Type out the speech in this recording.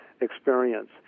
experience